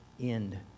End